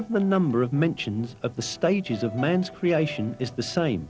of the number of mentions of the stages of man's creation is the same